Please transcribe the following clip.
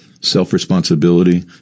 self-responsibility